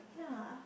yeah